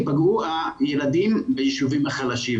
ייפגעו הילדים ביישובים החלשים.